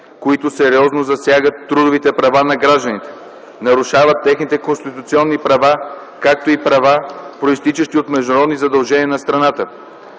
които сериозно засягат трудовите права на гражданите, нарушават техни конституционни права, както и права, произтичащи от международни задължения на страната.